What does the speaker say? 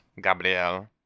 gabriel